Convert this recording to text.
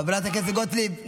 חברת הכנסת גוטליב,